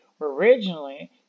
Originally